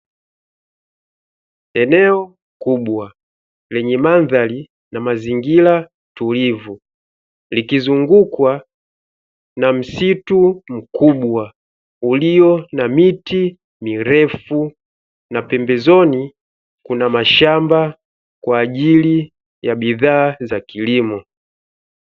Eneo kubwa lenye mandhari na mazingira tulivu likizungukwa na miti mikubwa na pembezoni kuna miti mikubwa inaonyesha mandhari nzuri ya mazingira